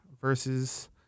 versus